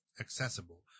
accessible